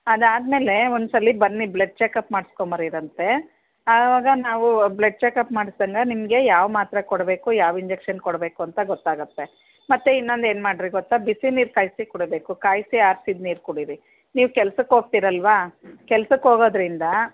ಅದಾದ ಮೇಲೆ ಒಂದ್ಸಲ ಬನ್ನಿ ಬ್ಲಡ್ ಚಕಪ್ ಮಾಡ್ಸ್ಕೊಂಡ್ ಬರುವಿರಂತೆ ಆವಾಗ ನಾವು ಬ್ಲಡ್ ಚಕಪ್ ಮಾಡ್ಸ್ದಾಗ ನಿಮಗೆ ಯಾವ ಮಾತ್ರೆ ಕೊಡಬೇಕು ಯಾವ ಇಂಜೆಕ್ಷನ್ ಕೊಡಬೇಕು ಅಂತ ಗೊತ್ತಾಗುತ್ತೆ ಮತ್ತು ಇನ್ನೊಂದೇನು ಮಾಡಿರಿ ಗೊತ್ತ ಬಿಸಿನೀರು ಕಾಯಿಸಿ ಕುಡೀಬೇಕು ಕಾಯಿಸಿ ಆರ್ಸಿದ ನೀರು ಕುಡೀರಿ ನೀವು ಕೆಲ್ಸಕ್ಕೆ ಹೋಗ್ತೀರಲ್ವಾ ಕೆಲ್ಸಕ್ಕೆ ಹೋಗೋದ್ರಿಂದ